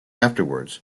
afterwards